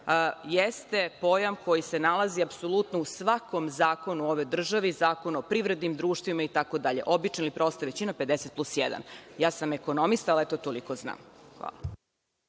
jeste pojam koji se nalazi apsolutno u svakom zakonu ove države, u Zakonu o privrednim društvima itd. Obična i prosta većina je 50 plus 1. Ja sam ekonomista, ali eto, toliko znam. Hvala.